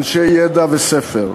אנשי ידע וספר,